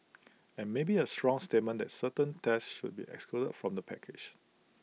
and maybe A strong statement that certain tests should be excluded from the package